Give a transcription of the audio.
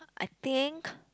I think